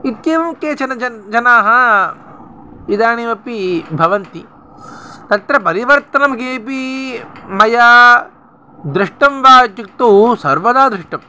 इत्येवं केचन जन् जनाः इदानीमपि भवन्ति तत्र परिवर्तनं केपि मया दृष्टं वा इत्युक्तौ सर्वदा दृष्टम्